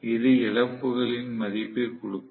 இது இழப்புகளின் மதிப்பை கொடுக்கும்